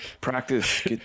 practice